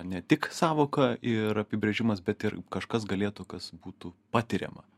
ne tik sąvoka ir apibrėžimas bet ir kažkas galėtų kas būtų patiriama